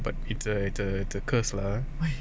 but it's a it's a the curse lah ah